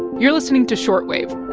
you're listening to short wave